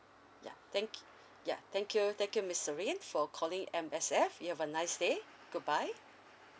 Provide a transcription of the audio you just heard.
ya thank ya thank you thank you miss serene for calling M_S_F you have a nice day goodbye